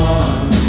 one